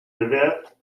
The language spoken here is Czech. devět